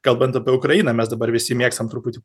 kalbant apie ukrainą mes dabar visi mėgstam truputį